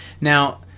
Now